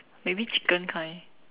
maybe chicken kind